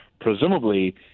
presumably